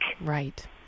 Right